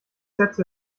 sätze